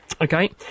Okay